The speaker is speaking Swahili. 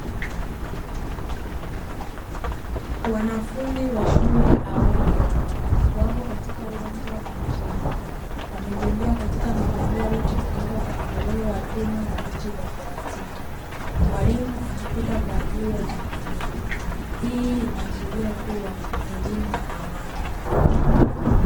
Wanafunzi wa shule ya awali wapo katika uwanja wa michezo, wanabembea katika mabembea yaliyotengenezwa kwa mnyororo wa chuma na viti vya plastiki; mwalimu akipita kwa ajili ya usimamizi. Hii inaashiria kuwa ni elimu ya awali.